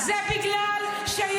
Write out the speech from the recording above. רק בגללה.